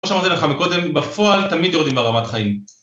כמו שאמרתי לך מקודם, בפועל תמיד יורדים ברמת חיים.